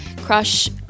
Crush